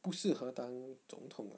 不适合当总统